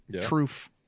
Truth